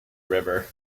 river